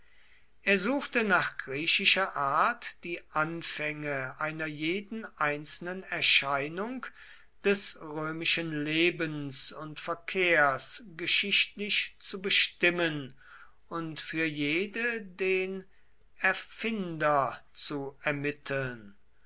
er suchte nach griechischer art die anfänge einer jeden einzelnen erscheinung des römischen lebens und verkehrs geschichtlich zu bestimmen und für jede den erfinder zu ermitteln